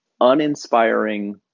uninspiring